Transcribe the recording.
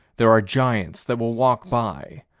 there are giants that will walk by,